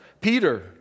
Peter